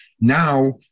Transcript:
now